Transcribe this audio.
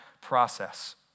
process